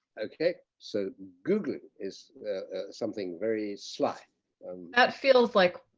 okay. so googly is something very sly that feels like